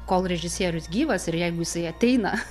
kol režisierius gyvas ir jeigu jisai ateina